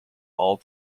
all